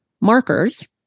markers